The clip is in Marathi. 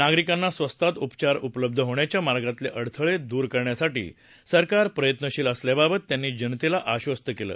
नागरिकांना स्वस्तात उपचार उपलब्ध होण्याच्या मार्गातले अडथळे दूर करण्यासाठी सरकार प्रयत्नशील असल्याबाबत त्यांनी जनतेला आश्वस्त केलं